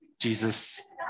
Jesus